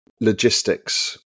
logistics